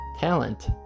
Talent